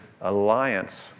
alliance